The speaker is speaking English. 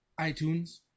iTunes